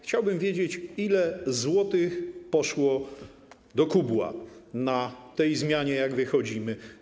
Chciałbym wiedzieć, ile złotych poszło do kubła na tej zmianie, jak na tym wychodzimy.